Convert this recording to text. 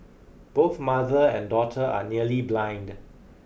both mother and daughter are nearly blind